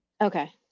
Okay